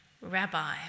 Rabbi